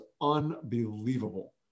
unbelievable